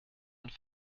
und